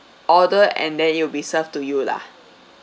order and then it'll be served to you lah